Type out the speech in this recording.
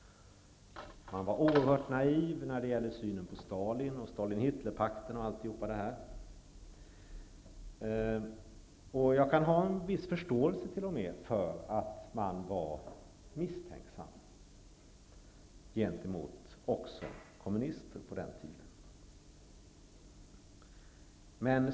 Man var oerhört naiv när det gäller synen på Stalin, på Stalin-- Hitler-pakten och allt sådant. Jag kan t.o.m. ha en viss förståelse för att man på den tiden var misstänksam också gentemot kommunister.